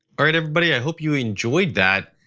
all right, everybody. i hope you enjoyed that.